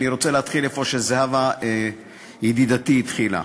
אני רוצה להתחיל איפה שזהבה ידידתי התחילה,